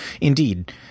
indeed